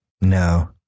No